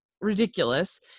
ridiculous